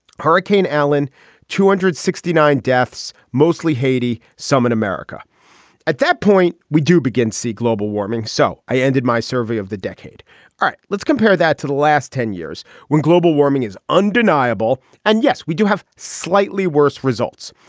hurricane allen two hundred sixty nine deaths mostly haiti some in america at that point. we do begin to see global warming so i ended my survey of the decade. all right let's compare that to the last ten years when global warming is undeniable and yes we do have slightly worse results.